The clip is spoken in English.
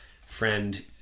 friend